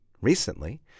recently